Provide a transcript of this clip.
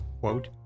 quote